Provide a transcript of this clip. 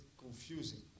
confusing